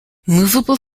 movable